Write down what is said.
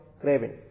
craving